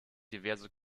diverse